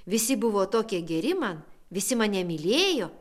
visi buvo tokie geri man visi mane mylėjo